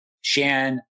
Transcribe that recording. Shan